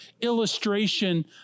illustration